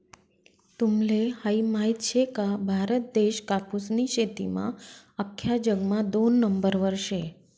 तुम्हले हायी माहित शे का, भारत देश कापूसनी शेतीमा आख्खा जगमा दोन नंबरवर शे